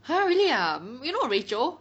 !huh! really ah you know Rachel